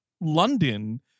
London